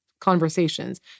conversations